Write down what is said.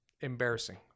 embarrassing